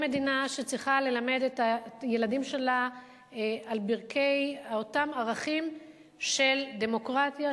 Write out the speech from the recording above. זו מדינה שצריכה ללמד את הילדים שלה על ברכי אותם ערכים של דמוקרטיה,